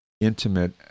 Intimate